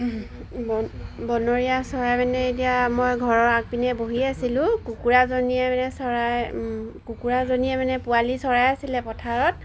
ব বনৰীয়া চৰাই মানে এতিয়া মই ঘৰৰ আগপিনে বহি আছিলোঁ কুকুৰাজনীয়ে মানে চৰাই কুকুৰাজনীয়ে মানে পোৱালি চৰাই আছিলে পথাৰত